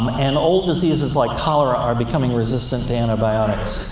um and old diseases like cholera are becoming resistant to antibiotics.